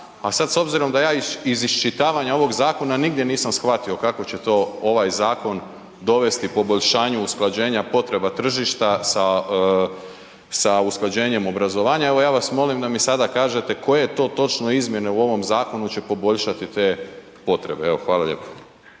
a sad s obzirom da ja iz iščitavanja ovog zakona nigdje nisam shvatio kako će to ovaj zakon dovesti poboljšanju usklađenja potreba tržišta sa usklađenjem obrazovanja, evo ja vas molim da mi sada kažete koje to točno izmjene u ovom zakonu će poboljšati te potrebe. Evo hvala lijepo.